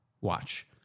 watch